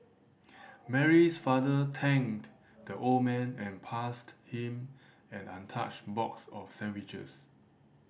Mary's father thanked the old man and passed him an untouched box of sandwiches